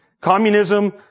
Communism